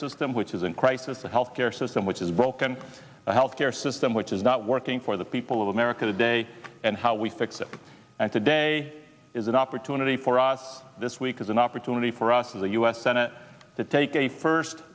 which is in crisis the health care system which is broken the health care system which is not working for the people of america today and how we fix it and today is an opportunity for us this week is an opportunity for us in the u s senate to take a first